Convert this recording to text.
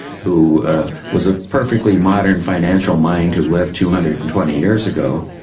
who was a perfectly modern financial mind who lived two hundred and twenty years ago.